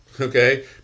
okay